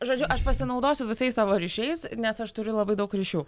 žodžiu aš pasinaudosiu visais savo ryšiais nes aš turiu labai daug ryšių